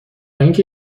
اینکه